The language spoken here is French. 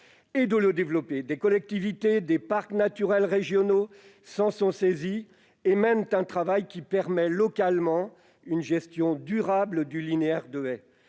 et de le développer. Des collectivités et des parcs naturels régionaux se sont saisis des bonnes pratiques et mènent un travail qui permet localement une gestion durable du linéaire de haies.